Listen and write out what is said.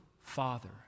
Father